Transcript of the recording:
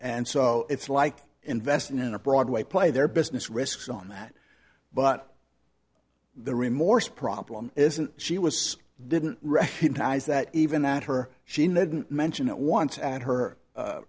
and so it's like investing in a broadway play their business risks on that but the remorse problem isn't she was didn't recognize that even at her she didn't mention it once and her